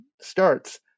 starts